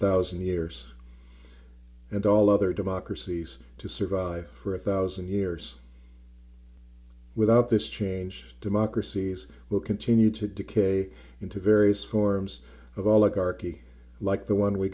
thousand years and all other democracies to survive for a thousand years without this change democracies will continue to decay into various forms of oligarchy like the one we